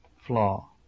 flaw